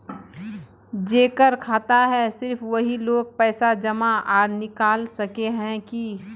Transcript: जेकर खाता है सिर्फ वही लोग पैसा जमा आर निकाल सके है की?